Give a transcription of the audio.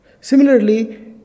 Similarly